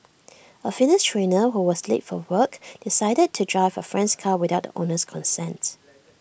A fitness trainer who was late for work decided to drive A friend's car without the owner's consent